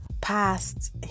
past